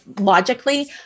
logically